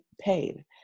paid